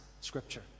Scripture